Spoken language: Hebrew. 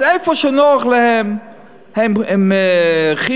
אז איפה שנוח להם הם הרחיבו,